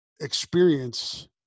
experience